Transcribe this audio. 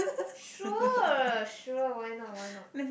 sure sure why not why not